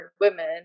women